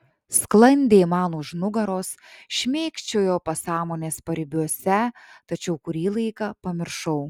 sklandė man už nugaros šmėkščiojo pasąmonės paribiuose tačiau kurį laiką pamiršau